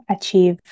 achieve